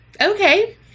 okay